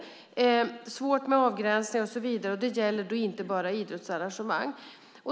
Det är svårt med avgränsningar och så vidare, och det gäller inte bara idrottsarrangemang.